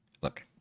Look